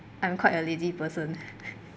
I'm quite a lazy person